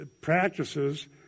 practices